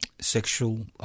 sexual